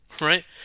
Right